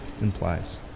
implies